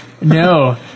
No